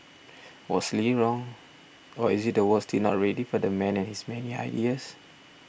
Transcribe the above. was Lee wrong or is it the world still not ready for the man and his many ideas